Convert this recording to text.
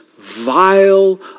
vile